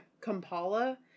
Kampala